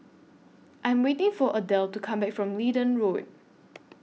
I Am waiting For Adell to Come Back from Leedon Road